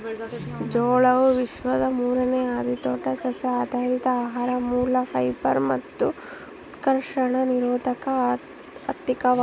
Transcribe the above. ಜೋಳವು ವಿಶ್ವದ ಮೂರುನೇ ಅತಿದೊಡ್ಡ ಸಸ್ಯಆಧಾರಿತ ಆಹಾರ ಮೂಲ ಫೈಬರ್ ಮತ್ತು ಉತ್ಕರ್ಷಣ ನಿರೋಧಕ ಅಧಿಕವಾಗಿದೆ